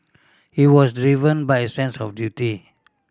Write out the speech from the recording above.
he was driven by a sense of duty